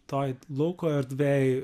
toj lauko erdvėj